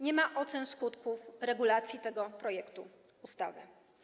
Nie ma ocen skutków regulacji tego projektu ustawy.